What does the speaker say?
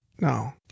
No